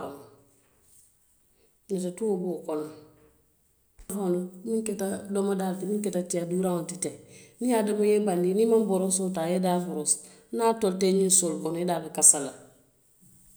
Netetuo be wo kono le, miŋ keta domodaa ti, miŋ keta tiya duuraŋo ti teŋ, niŋ i ye a domo i ye i bandii niŋ i maŋ boroosoo taa i ye a daa joosi niŋ a tolita i ñiŋ soolu kono, i daa be kasa la le.